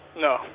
no